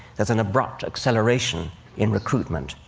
there's an abrupt acceleration in recruitment.